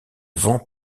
vents